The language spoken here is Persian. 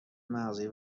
مغزی